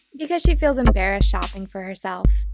because she feels embarrassed shopping for herself.